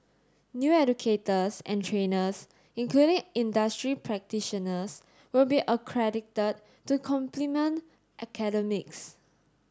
new educators and trainers including industry practitioners will be accredited to complement academics